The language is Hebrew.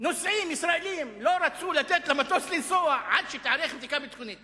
נוסעים ישראלים לא רצו לתת למטוס לנסוע עד שתיערך בדיקה ביטחונית.